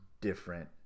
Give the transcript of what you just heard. different